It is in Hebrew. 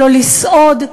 לא לסעוד,